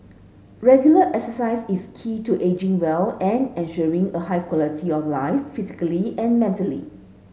regular exercise is key to ageing well and ensuring a high quality of life physically and mentally